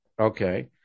Okay